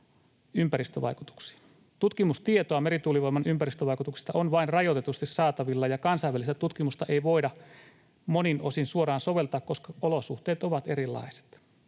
Tutkimustietoa merituulivoiman ympäristövaikutuksista on vain rajoitetusti saatavilla, ja kansainvälistä tutkimusta ei voida monin osin suoraan soveltaa, koska olosuhteet ovat erilaiset.